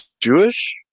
Jewish